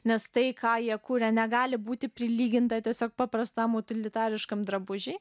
nes tai ką jie kuria negali būti prilyginta tiesiog paprastam utilitariškam drabužiui